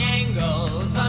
angles